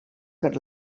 per